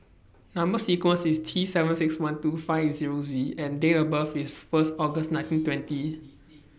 Number sequence IS T seven six one two five eight Zero Z and Date of birth IS First August nineteen twenty